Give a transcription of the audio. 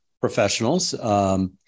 professionals